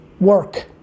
Work